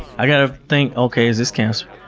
i have think, okay, is this cancer?